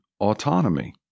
autonomy